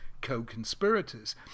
co-conspirators